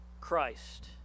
Christ